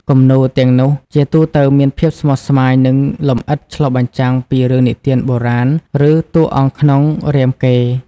គំនូរទាំងនោះជាទូទៅមានភាពស្មុគស្មាញនិងលម្អិតឆ្លុះបញ្ចាំងពីរឿងនិទានបុរាណឬតួអង្គក្នុងរាមកេរ្តិ៍។